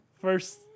first